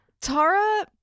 Tara